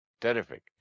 terrific